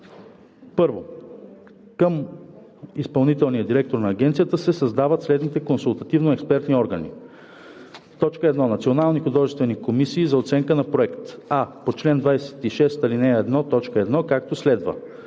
„(1) Към изпълнителния директор на агенцията се създават следните консултативно-експертни органи: 1. Национални художествени комисии за оценка на проект: а) по чл. 26, ал. 1, т. 1, както следва: